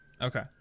Okay